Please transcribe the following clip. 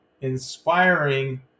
inspiring